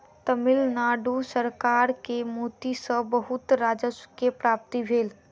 तमिल नाडु सरकार के मोती सॅ बहुत राजस्व के प्राप्ति भेल